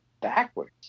backwards